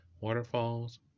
Waterfalls